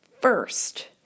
First